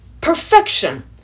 perfection